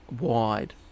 wide